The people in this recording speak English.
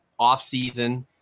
offseason